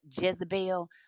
Jezebel